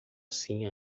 assim